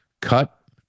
cut